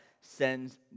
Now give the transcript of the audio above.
sends